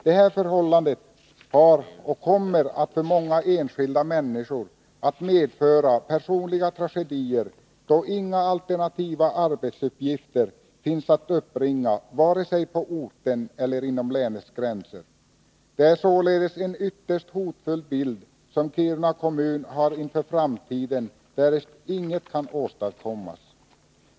Detta förhållande har medfört och kommer att medföra tragedier för många enskilda människor, då inga alternativa arbetsuppgifter finns att uppbringa vare sig på orten eller inom länets gränser. Det är således en ytterst hotfylld bild som Kiruna kommun står inför, därest inget kan åstadkommas.